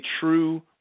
true